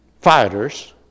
fighters